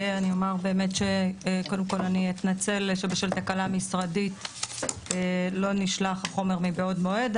אני אומר ואתנצל שבשל תקלה משרדית לא נשלח חומר מבעוד מועד,